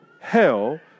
Hell